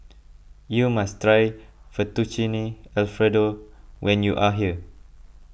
you must try Fettuccine Alfredo when you are here